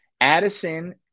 Addison